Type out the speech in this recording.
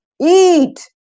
Eat